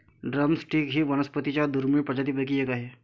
drum stick ही वनस्पतीं च्या दुर्मिळ प्रजातींपैकी एक आहे